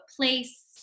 place